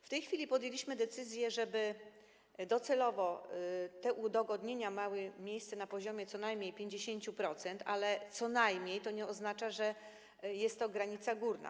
W tej chwili podjęliśmy decyzję, żeby docelowo te udogodnienia miały miejsce na poziomie co najmniej 50%, ale „co najmniej” nie oznacza, że jest to granica górna.